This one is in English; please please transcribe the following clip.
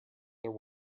there